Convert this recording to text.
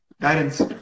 guidance